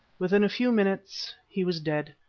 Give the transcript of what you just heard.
within a few minutes he was dead.